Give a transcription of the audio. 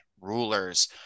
rulers